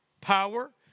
power